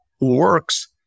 works